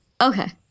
Okay